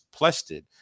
Plested